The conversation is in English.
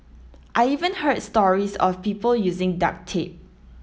I even heard stories of people using duct tape